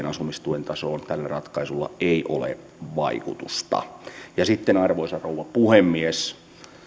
asumistuen tasoon tällä ratkaisulla ei ole vaikutusta arvoisa rouva puhemies